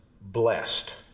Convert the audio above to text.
blessed